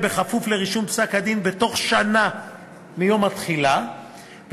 בכפוף לרישום פסק-הדין בתוך שנה מיום התחילה,